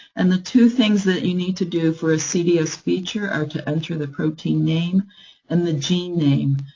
and the two things that you need to do for a cds feature are to enter the protein name and the gene name.